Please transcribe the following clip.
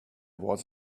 was